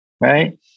right